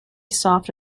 soft